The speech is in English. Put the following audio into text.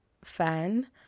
fan